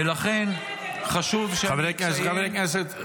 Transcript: ולכן חשוב שאני אציין -- חברי הכנסת,